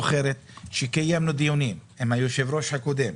שקיימנו דיונים עם היושב-ראש הקודם,